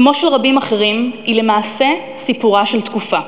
כמו של רבים אחרים, היא למעשה סיפורה של תקופה,